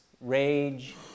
rage